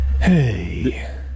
Hey